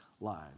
lives